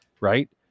right